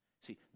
See